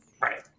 Right